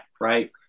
right